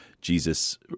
Jesus